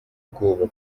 bwoba